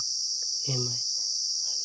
ᱮᱢᱟᱭ